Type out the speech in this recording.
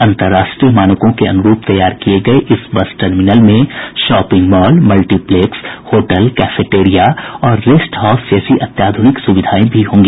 अंतर्राष्ट्रीय मानकों के अनुरूप तैयार किये गये इस बस टर्मिनल में shopping mall multiplex hotel cafeteria और रेस्ट हाउस जैसी अत्याध्रनिक सुविधाएं भी होंगी